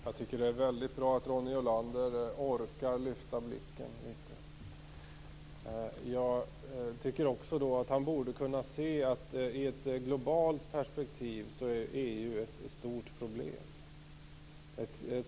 Fru talman! Jag tycker att det är väldigt bra att Ronny Olander orkar lyfta blicken litet. Jag tycker också att han borde kunna se att EU är ett stort problem i ett globalt perspektiv.